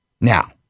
Now